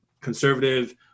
conservative